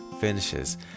finishes